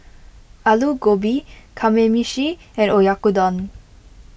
Alu Gobi Kamameshi and Oyakodon